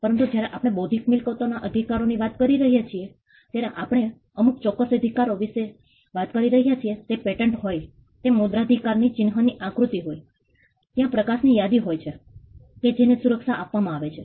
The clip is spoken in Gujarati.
પરંતુ જયારે આપણે બૌદ્ધિક મિલકતોના અધિકારો ની વાત કરી રહ્યા છીએ ત્યારે આપણે અમુક ચોક્કસ અધિકારો વિશે વાત કરી રહ્યા છીએ તે પેટન્ટ હોઈ તે મુદ્રણાધિકાર ની ચિન્હ ની આકૃતિ હોય ત્યાં પ્રકાશ ની યાદી હોય છે કે જેને સુરક્ષા આપવામાં આવે છે